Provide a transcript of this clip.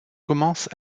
commence